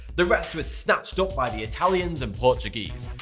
the rest was snatched up by the italians and portuguese,